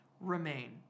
remain